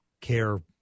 care